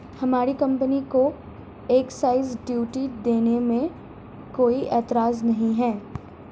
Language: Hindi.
हमारी कंपनी को एक्साइज ड्यूटी देने में कोई एतराज नहीं है